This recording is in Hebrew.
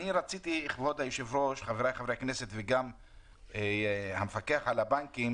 כבוד היושב, חבריי חברי הכנסת וגם המפקח על הבנקים